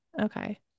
Okay